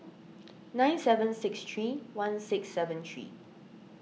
nine seven six three one six seven three